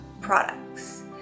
products